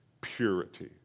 purity